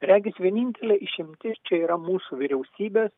regis vienintelė išimtis čia yra mūsų vyriausybės